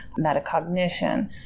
metacognition